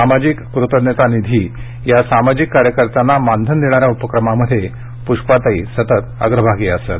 सामाजिक कृतज्ञता निधी या सामाजिक कार्यकर्त्यांना मानधन देणाऱ्या उपक्रमामध्ये पुष्पाताई सतत अग्रभागी असत